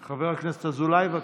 חבר הכנסת אזולאי, בבקשה.